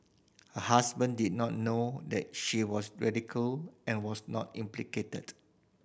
her husband did not know that she was and was not implicated